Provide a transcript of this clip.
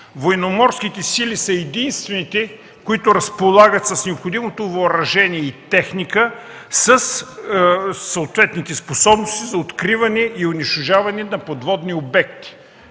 военноморските сили са единствените, които разполагат с необходимото въоръжение и техника, със съответните способности за откриване и унищожаване на подводни обекти.